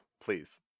please